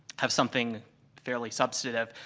have something fairly substantive,